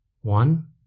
One